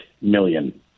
million